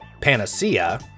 Panacea